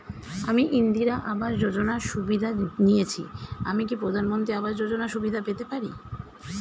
আমি ইন্দিরা আবাস যোজনার সুবিধা নেয়েছি আমি কি প্রধানমন্ত্রী আবাস যোজনা সুবিধা পেতে পারি?